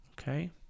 Okay